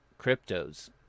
cryptos